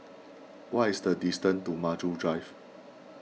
what is the distance to Maju Drive